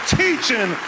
teaching